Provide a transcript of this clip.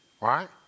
right